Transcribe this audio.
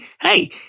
hey